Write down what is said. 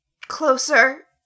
closer